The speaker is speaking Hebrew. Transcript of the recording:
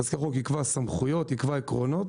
תזכיר החוק יקבע סמכויות, יקבע עקרונות